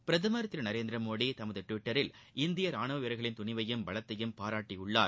பிரதமர் திரு நரேந்திர மோடி தமது டுவிட்டரில் இந்திய ரானுவ வீரர்களின் துணிவையும் பலத்தையும் பாராட்டி இருக்கிறார்